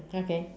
okay